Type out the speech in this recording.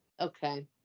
okay